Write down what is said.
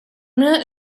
not